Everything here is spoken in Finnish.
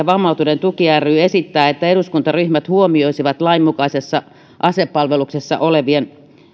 vammautuneiden tuki ry esittää että eduskuntaryhmät huomioisivat lain mukaisessa asepalveluksessa olevien